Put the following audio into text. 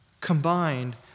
combined